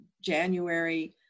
January